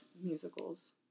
musicals